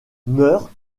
meurt